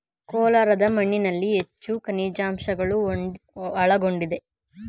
ಕೋಲಾರದ ಮಣ್ಣಿನಲ್ಲಿ ಹೆಚ್ಚು ಖನಿಜಾಂಶಗಳು ಒಳಗೊಂಡಿದೆ